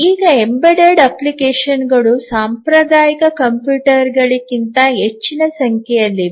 ಈಗ ಎಂಬೆಡೆಡ್ ಅಪ್ಲಿಕೇಶನ್ಗಳು ಸಾಂಪ್ರದಾಯಿಕ ಕಂಪ್ಯೂಟರ್ಗಳಿಗಿಂತ ಹೆಚ್ಚಿನ ಸಂಖ್ಯೆಯಲ್ಲಿವೆ